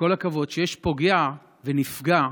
כשיש פוגע ונפגע,